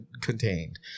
contained